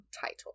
title